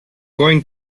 going